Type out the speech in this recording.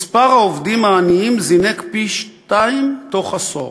מספר העובדים העניים זינק פי-שניים תוך עשור.